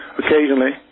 occasionally